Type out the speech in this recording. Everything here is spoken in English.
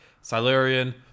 Silurian